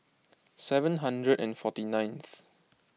seven hundred and forty ninth